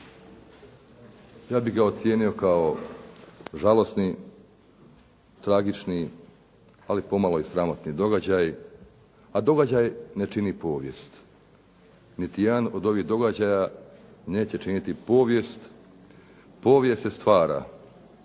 Ja bih ga ocijenio kao žalosni, tragični ali pomalo i sramotni događaj a događaj ne čini povijest. Niti jedan od ovih događaja neće činiti povijest. Povijest se stvara.